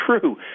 true